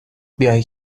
بیای